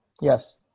Yes